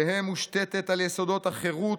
תהא מושתתת על יסודות החירות,